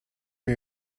for